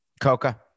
coca